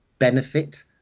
benefit